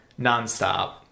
nonstop